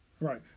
Right